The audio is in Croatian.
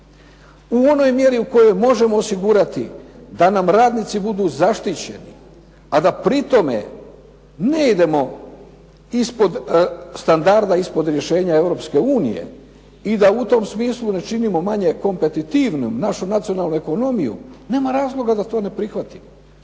U onoj mjeri u kojoj možemo osigurati da nam radnici budu zaštićeni a da pri tome ne idemo ispod standarda, ispod rješenja Europske unije i da u tom smislu ne činimo manje kompetitivnom našu nacionalnu ekonomiju nema razloga da to ne prihvatimo.